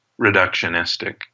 reductionistic